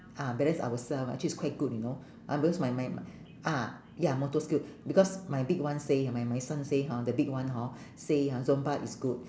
ah balance ourselves ah actually is quite good you know um because my my m~ ah ya motor skill because my big one say my my son say hor the big one hor say ah zumba is good